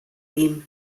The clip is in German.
ihm